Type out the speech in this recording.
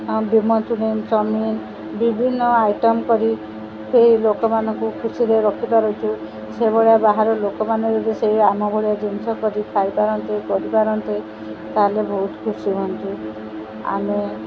ଆଉ ବି Manchurian chowmein ବିଭିନ୍ନ ଆଇଟମ୍ କରି ସେଇ ଲୋକମାନଙ୍କୁ ଖୁସିରେ ରଖିପାରୁଛୁ ସେଭଳିଆ ବାହାରୁ ଲୋକମାନେ ଯଦି ସେଇ ଆମ ଭଳିଆ ଜିନିଷ କରି ଖାଇପାରନ୍ତେ କରିପାରନ୍ତେ ତାହେଲେ ବହୁତ ଖୁସି ହୁଅନ୍ତୁ ଆମେ